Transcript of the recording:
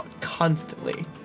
constantly